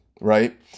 right